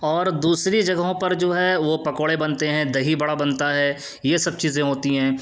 اور دوسری جگہوں پر جو ہے وہ پکوڑے بنتے ہیں دہی بڑا بنتا ہے یہ سب چیزیں ہوتی ہیں